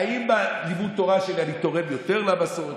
האם בלימוד התורה שלי אני תורם יותר למסורת,